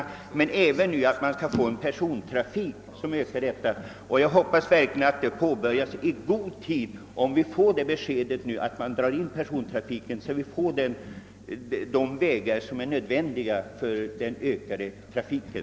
Om det skall släppas in mera persontrafik på den vägen, så hoppas jag verkligen att vi får besked i god tid, så att vi kan ordna med de vägar som är nödvändiga för den ökade trafiken.